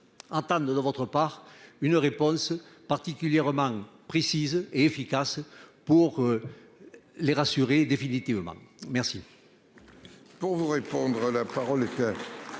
entame de de votre part une réponse particulièrement précise et efficace pour. Les rassurer définitivement merci.